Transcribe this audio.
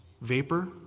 vapor